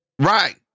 Right